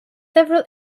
several